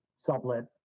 sublet